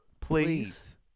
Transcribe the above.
please